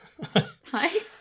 Hi